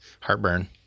heartburn